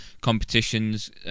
competitions